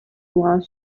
while